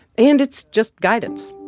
and it's just guidance.